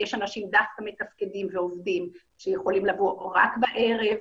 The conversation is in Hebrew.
יש אנשים שדווקא מתפקדים ועובדים שיכולים לבוא רק בערב.